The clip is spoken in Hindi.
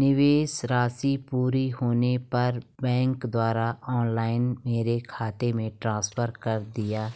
निवेश राशि पूरी होने पर बैंक द्वारा ऑनलाइन मेरे खाते में ट्रांसफर कर दिया